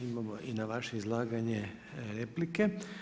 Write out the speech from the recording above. Imamo i na vaše izlaganje replike.